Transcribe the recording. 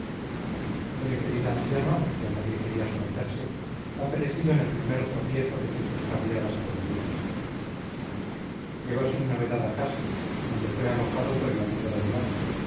el infeliz anciano que a nadie quería someterse ha perecido en el primer tropiezo de sus descarriadas aventuras llegó sin novedad a caspe donde fue alojado por el amigo don blas